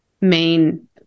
main